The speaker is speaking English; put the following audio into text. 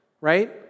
right